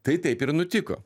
tai taip ir nutiko